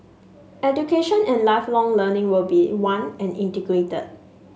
Education and Lifelong Learning will be one and integrated